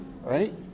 Right